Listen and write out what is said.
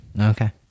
Okay